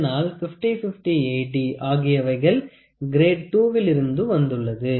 இதனால் 50 50 80 ஆகியவைகள் கிரேட் 2 விளிருந்து வந்துள்ளது